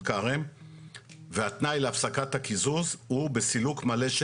כרם והתנאי להפסקת הקיזוז ההוא בסילוק מלא,